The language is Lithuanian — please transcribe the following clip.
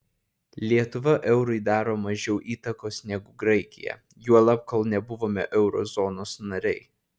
lietuva eurui daro mažiau įtakos negu graikija juolab kol nebuvome euro zonos nariai